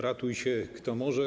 Ratuj się, kto może.